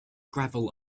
gravel